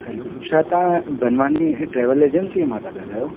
हलो छा तव्हां बनवानी ट्रेवल एजंसीअ मां था ॻाल्हायो